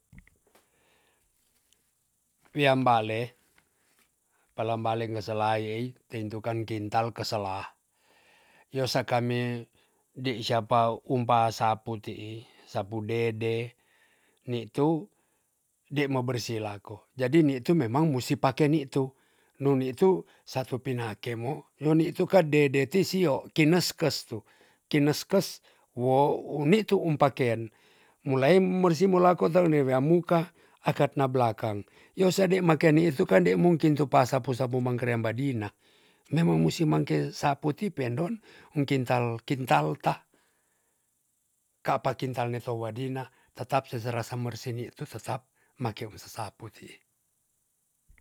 Wiam bale palem bale ngeselai yei teintukan kintal kesela. yo se kami dei syapa um pa sapu ti'i sapu dede nitu dei mo bersi lako. jadi nitu memang musi pake nitu nun nitu satu pinakemo yo nitu kan dede ti sio kineskes tu kineskes wo u nitu umpaken mulai mersi molako ta we- wea muka akat na blakang yo sa dei meka ni tu kan dei mungkin tu pasapu sapu mangkerea badina. memang musi mangke sapu ti peendon un kintal- kintal ta kapa kintal ne sewadina tetap sesera mersi nitu tetap make sesapu ti'i.